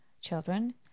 children